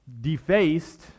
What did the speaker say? defaced